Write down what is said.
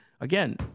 Again